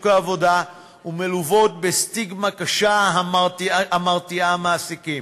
העבודה ומלוות בסטיגמה קשה המרתיעה מעסיקים.